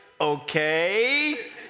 okay